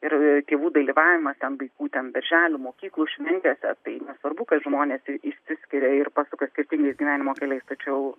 ir tėvų dalyvavimas ten vaikų ten darželių mokyklų šventėse tai nesvarbu kad žmonės išsiskiria ir pasuka skirtingais gyvenimo keliais tačiau